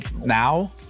now